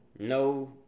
No